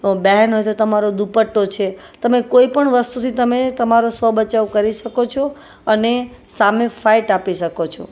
બહેન હોય તો તમારો દુપટ્ટો છે તમે કોઈ પણ વસ્તુથી તમે તમારો સ્વ બચાવ કરી શકો છો અને સામે ફાઇટ આપી શકો છો